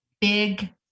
Big